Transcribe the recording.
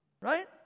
right